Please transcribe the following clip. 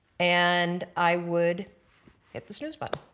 and i would hit the snooze button